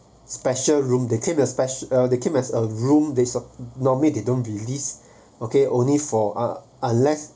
special room they keep a they kept a room there's a normally they don't release okay only for unless